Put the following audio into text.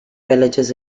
villages